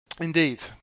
indeed